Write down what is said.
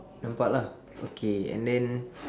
nampak lah okay and then